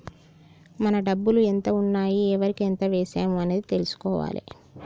మన డబ్బులు ఎంత ఉన్నాయి ఎవరికి ఎంత వేశాము అనేది తెలుసుకోవాలే